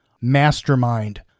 MASTERMIND